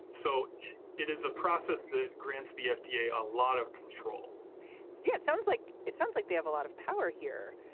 so it is a process that grants the fda a a lot of control yeah it sounds like it sounds like they have a lot of power here.